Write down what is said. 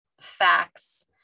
facts